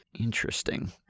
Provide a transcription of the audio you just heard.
Interesting